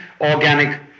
organic